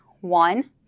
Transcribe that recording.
One